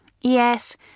Yes